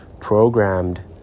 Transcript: programmed